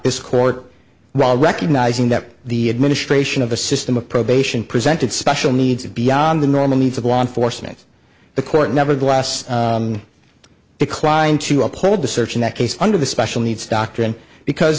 this court while recognizing that the administration of a system of probation presented special needs beyond the normal needs of law enforcement the court nevertheless declined to uphold the search in that case under the special needs doctrine because